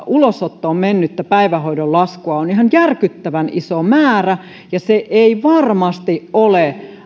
ulosottoon mennyttä päivähoitolaskua on ihan järkyttävän iso määrä ja varhaiskasvatuslain mukaisesti ei varmasti ole